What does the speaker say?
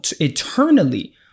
eternally